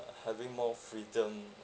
having more freedom